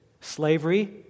slavery